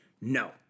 No